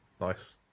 Nice